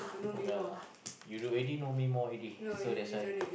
ya you already know me more already so that's why